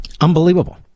Unbelievable